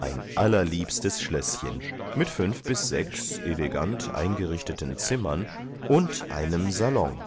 ein allerliebstes schlößchen mit fünf bis sechs elegant eingerichteten zimmern und einem salon